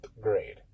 grade